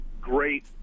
great